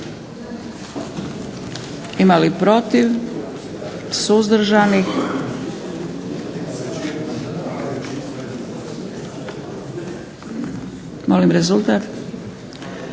Ima li protiv? Suzdržanih? Molim rezultat.